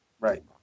Right